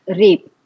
rape